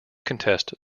contest